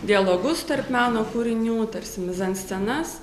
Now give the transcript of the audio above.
dialogus tarp meno kūrinių tarsi mizanscenas